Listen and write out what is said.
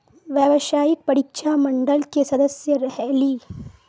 व्यावसायिक परीक्षा मंडल के सदस्य रहे ली?